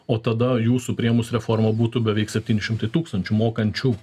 o tada jūsų priėmus reformą būtų beveik septyni šimtai tūkstančių mokančių